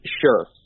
sure